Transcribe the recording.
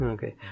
Okay